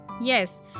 Yes